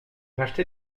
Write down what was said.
racheter